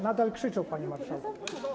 Nadal krzyczą, panie marszałku.